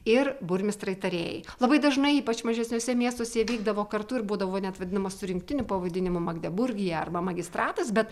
ir burmistrai tarėjai labai dažnai ypač mažesniuose miestuose jie vykdavo kartu ir būdavo net vadinama surinktiniu pavadinimu magdeburgija arba magistratas bet